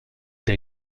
des